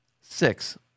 Six